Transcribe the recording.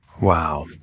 Wow